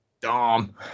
Dom